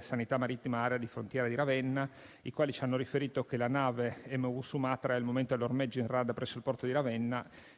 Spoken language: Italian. sanità marittima aerea e di frontiera (USMAF) di Ravenna, i quali ci hanno riferito che la nave MV Sumatra è al momento all'ormeggio in rada presso il porto di Ravenna.